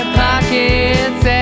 pockets